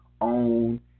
own